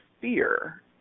fear